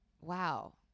Wow